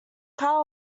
car